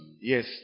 Yes